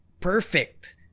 perfect